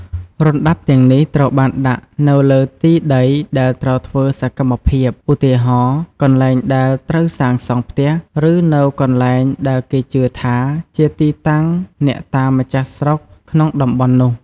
រណ្តាប់ទាំងនេះត្រូវបានដាក់នៅលើទីដីដែលត្រូវធ្វើសកម្មភាព ឧទាហរណ៍ កន្លែងដែលត្រូវសាងសង់ផ្ទះ ឬនៅកន្លែងដែលគេជឿថាជាទីតាំងអ្នកតាម្ចាស់ស្រុកក្នុងតំបន់នោះ។